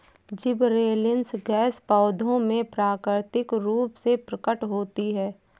gibberellins gas पौधों में प्राकृतिक रूप से प्रकट होती है